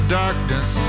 darkness